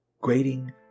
Grading